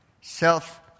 self